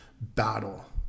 battle